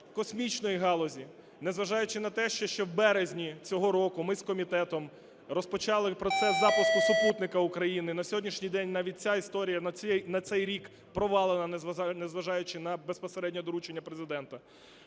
космічної галузі, незважаючи на те, що ще в березні цього року ми з комітетом розпочали процес запуску супутника України. На сьогоднішній день навіть ця історія на цей рік провалена, незважаючи на безпосереднє доручення Президента.